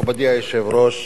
מכובדי היושב-ראש,